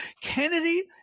Kennedy –